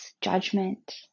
judgment